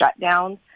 shutdowns